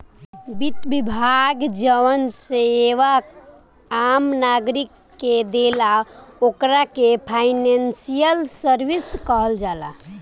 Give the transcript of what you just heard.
वित्त विभाग जवन सेवा आम नागरिक के देला ओकरा के फाइनेंशियल सर्विस कहल जाला